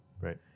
Right